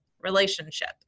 relationship